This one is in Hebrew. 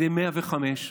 על ידי 105,